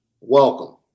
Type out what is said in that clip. welcome